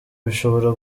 bishobora